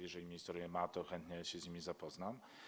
Jeżeli pan minister je ma, to chętnie się z nimi zapoznam.